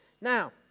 Now